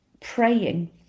praying